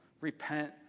Repent